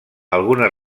algunes